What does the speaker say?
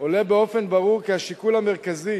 עולה באופן ברור כי השיקול המרכזי